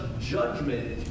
judgment